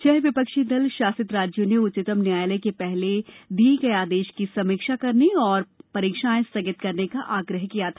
छह विपक्षी दल शासित राज्यों ने उच्चतम न्यायालय के पहले दिए गए आदेश की समीक्षा करने और परीक्षाएं स्थगित करने का आग्रह किया था